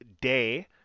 day